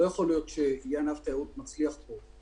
לא יכול להיות שיהיה ענף תיירות מצליח פה,